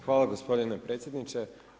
Hvala gospodine predsjedniče.